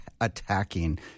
attacking